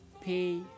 pay